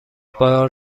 بار